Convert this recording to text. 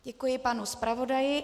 Děkuji panu zpravodaji.